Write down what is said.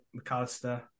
McAllister